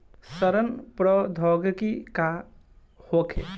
सड़न प्रधौगकी का होखे?